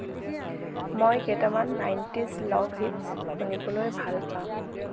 মই কেইটামান nineties love hits শুনিবলৈ ভাল পাম